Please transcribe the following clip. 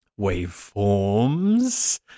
Waveforms